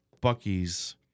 Bucky's